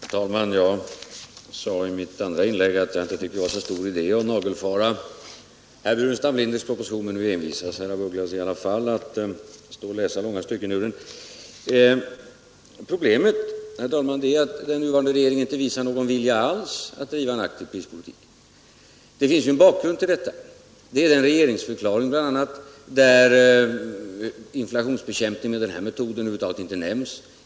Nr 45 Herr talman! Jag sade i mitt andra inlägg att jag inte tyckte det var Tisdagen den så stor idé att nagelfara Burenstam Linders proposition, men nu envisas 14 december 1976 herr af Ugglas i alla fall med att stå och läsa långa stycken ur den. Problemet är, herr talman, att den nuvarande regeringen inte visar — Allmänna prisreglenågon vilja alls att driva en aktiv prispolitik. Det finns ju en bakgrund = ringslagen till detta, bl.a. regeringsförklaringen där inflationsbekämpning med den här metoden över huvud taget inte nämns.